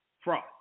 Fraud